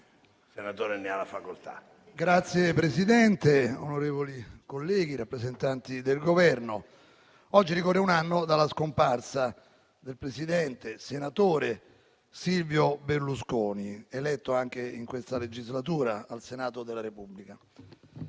GASPARRI *(FI-BP-PPE)*. Signor Presidente, onorevoli colleghi, rappresentanti del Governo, oggi ricorre un anno dalla scomparsa del presidente, senatore Silvio Berlusconi, eletto anche in questa legislatura al Senato della Repubblica.